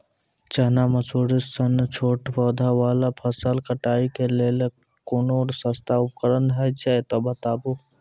चना, मसूर सन छोट पौधा वाला फसल कटाई के लेल कूनू सस्ता उपकरण हे छै तऽ बताऊ?